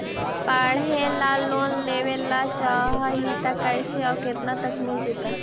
पढ़े ल लोन लेबे ल चाह ही त कैसे औ केतना तक मिल जितै?